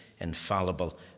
infallible